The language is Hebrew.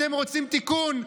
אתם רוצים תיקון?